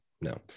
No